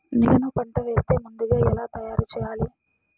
నేలను పంట వేసే ముందుగా ఎలా తయారుచేయాలి?